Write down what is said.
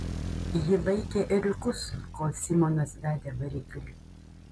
ji laikė ėriukus kol simonas vedė variklį